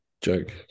joke